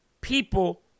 people